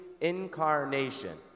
Incarnation